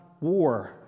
war